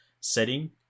setting